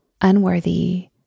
unworthy